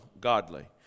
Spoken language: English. godly